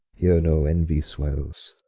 here no envy swells,